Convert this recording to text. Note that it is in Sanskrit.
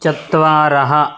चत्वारः